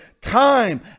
time